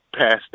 passed